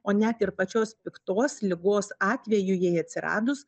o net ir pačios piktos ligos atveju jai atsiradus